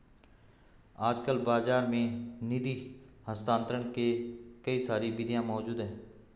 आजकल बाज़ार में निधि स्थानांतरण के कई सारी विधियां मौज़ूद हैं